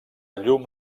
llum